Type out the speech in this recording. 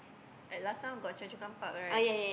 like last time got Choa-Chu-Kang-Park right